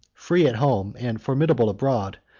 free at home and formidable abroad,